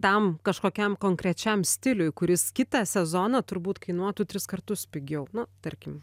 tam kažkokiam konkrečiam stiliui kuris kitą sezoną turbūt kainuotų tris kartus pigiau nu tarkim